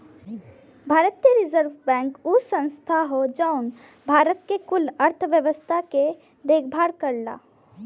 भारतीय reserve bank उ संस्था हौ जौन भारत के कुल अर्थव्यवस्था के देखभाल करला